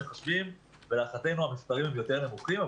מחשבים ולהערכתנו המספרים הם יותר נמוכים.